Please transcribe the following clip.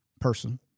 person